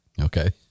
Okay